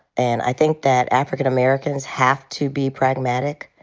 and i think that african-americans have to be pragmatic.